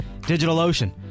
DigitalOcean